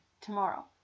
tomorrow